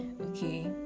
okay